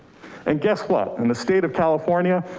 and guess what? in the state of california,